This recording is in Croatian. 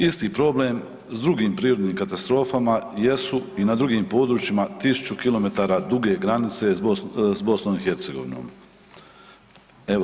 Isti problem s drugim prirodnim katastrofama jesu i na drugim područjima 1000 km duge granice s BiH-om.